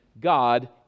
God